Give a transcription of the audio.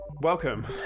Welcome